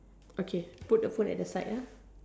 okay put the food at the side